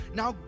now